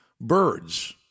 Birds